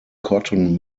cotton